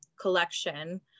collection